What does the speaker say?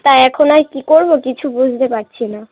তা এখন আর কী করব কিছু বুঝতে পারছি না